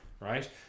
right